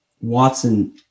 Watson